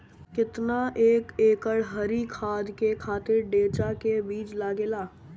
केतना एक एकड़ हरी खाद के खातिर ढैचा के बीज लागेला?